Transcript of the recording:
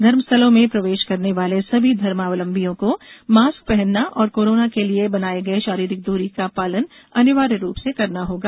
धर्मस्थलों में प्रवेष करने वाले सभी धर्मावलंबियों को मास्क पहनना और कोरोना के लिए बनाए गए षारीरिक दूरी का पालन अनिवार्य रूप से करना होगा